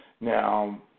Now